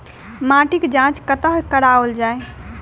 माटिक जाँच कतह कराओल जाए?